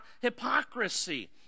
hypocrisy